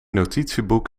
notitieboek